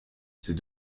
ces